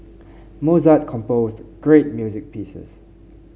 Mozart composed great music pieces